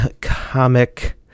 comic